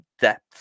depth